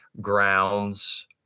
grounds